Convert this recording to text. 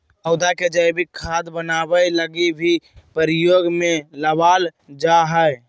पौधा के जैविक खाद बनाबै लगी भी प्रयोग में लबाल जा हइ